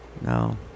no